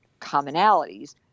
commonalities